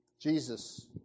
Jesus